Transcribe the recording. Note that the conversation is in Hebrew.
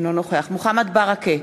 אינו נוכח מוחמד ברכה,